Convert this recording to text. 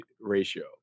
ratio